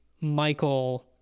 Michael